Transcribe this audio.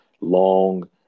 long